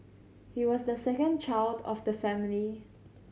he was the second child of the family